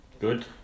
Good